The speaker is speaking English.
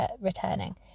returning